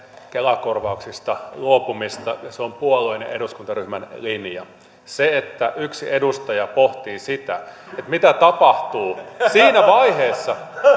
kela korvauksista luopumista ja se on puolueen ja eduskuntaryhmän linja se että yksi edustaja pohtii sitä mitä tapahtuu siinä vaiheessa